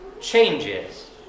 changes